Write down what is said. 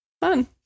Fun